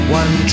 one